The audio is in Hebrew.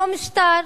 אותו משטר